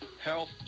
health